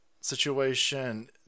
situation